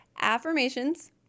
Affirmations